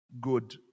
good